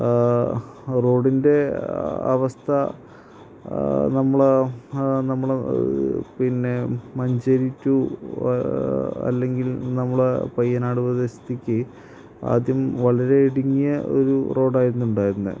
റോഡിൻ്റെ അവസ്ഥ നമ്മൾ നമ്മൾ പിന്നെ മഞ്ചേരി റ്റു അല്ലെങ്കിൽ നമ്മൾ പയ്യനാട് പ്രദേശത്തേക്കു ആദ്യം വളരെ ഇടുങ്ങിയ ഒരു റോഡായിരുന്നു ഉണ്ടായിരുന്നത്